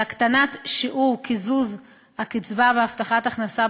להקטנת שיעור קיזוז הקצבה בקצבת הבטחת הכנסה,